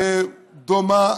דומה,